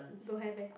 don't have eh